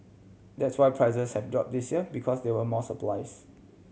that's why prices have drop this year because there were more supplies